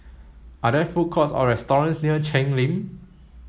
are there food courts or restaurants near Cheng Lim